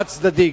חד-צדדי,